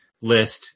list